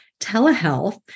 telehealth